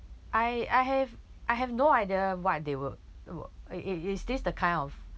I I have I have no idea what they were were is is this the kind of